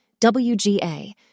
WGA